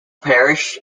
parish